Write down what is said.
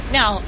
Now